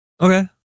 okay